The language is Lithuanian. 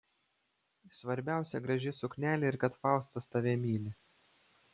svarbiausia graži suknelė ir kad faustas tave myli